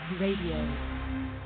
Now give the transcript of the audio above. RADIO